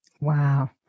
Wow